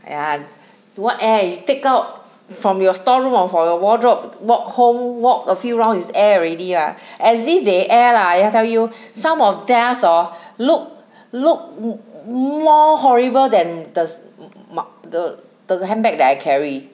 !aiya! don't want air you take out from your store room or from your wardrobe not home walk a few rounds is air already lah as if they air lah did I tell you some of theirs hor look look mo~ more horrible then the mm ma~ the the handbag that I carry